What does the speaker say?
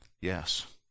Yes